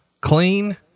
clean